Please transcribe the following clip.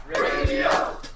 Radio